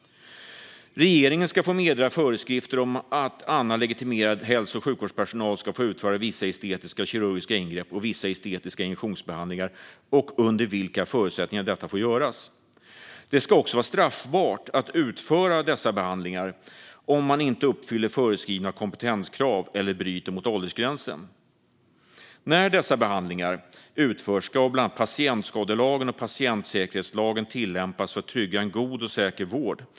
Regeringen ska få meddela föreskrifter om att annan legitimerad hälso och sjukvårdspersonal får utföra vissa estetiska kirurgiska ingrepp och vissa estetiska injektionsbehandlingar och under vilka förutsättningar det får göras. Det ska också vara straffbart att utföra dessa behandlingar om man inte uppfyller föreskrivna kompetenskrav eller bryter mot åldersgränsen. När dessa behandlingar utförs ska bland annat patientskadelagen och patientsäkerhetslagen tillämpas för att trygga en god och säker vård.